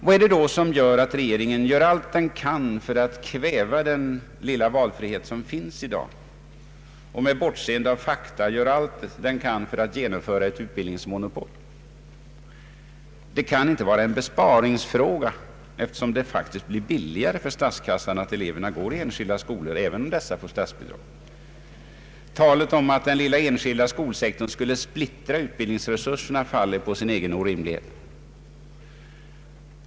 Vad är det som ligger bakom att regeringen gör allt den kan för att kväva den lilla valfrihet som finns i dag och med bortseende från fakta söker genomdriva ett utbildningsmonopol? Det kan inte vara en besparingsfråga, eftersom det faktiskt blir billigare för statskassan att eleverna går i enskilda skolor även om dessa får statsbidrag. Talet om att den lilla enskilda skolsektorn skulle splittra utbildningsresurserna faller på sin egen orimlighet.